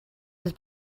was